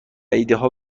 ایدهها